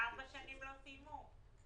שארבע שנים לא סיימו.